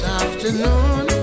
afternoon